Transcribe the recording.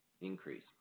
increase